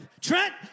Trent